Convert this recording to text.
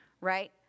right